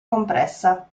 compressa